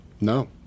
No